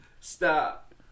Stop